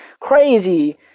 crazy